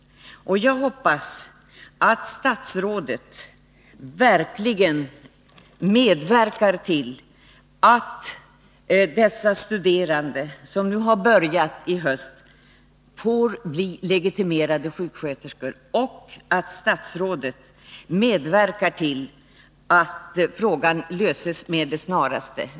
Jag hoppas att statsrådet verkligen medverkar till dels att de studerande som har börjat i höst får bli legitimerade sjuksköterskor, dels att frågan löses med det snaraste.